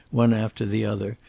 one after the other,